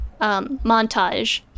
montage